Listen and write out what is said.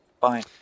Bye